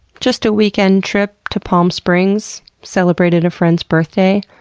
just a weekend trip to palm springs, celebrated a friend's birthday.